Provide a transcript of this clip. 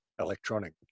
electronic